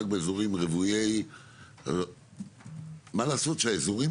רק באזורים רוויי --- מה לעשות שהאזורים